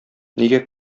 нигә